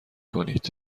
کنید